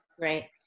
right